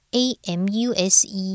amuse